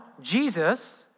Jesus